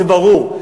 זה ברור.